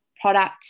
product